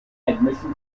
admission